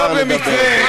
לא במקרה,